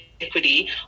equity